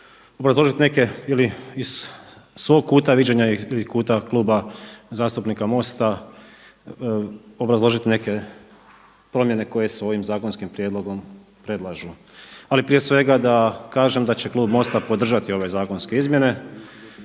obrazložiti neke ili iz svog kuta viđenja ili kuta Kluba zastupnika MOST-a obrazložiti neke promjene koje se ovim zakonskim prijedlogom predlažu. Ali prije svega da kažem da će klub MOST-a podržati ove zakonske izmjene.